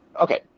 Okay